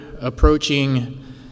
approaching